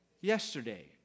yesterday